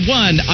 one